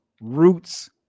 Roots